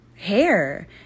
Hair